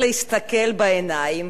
ולפחות להכיר אותו,